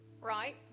Right